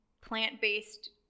plant-based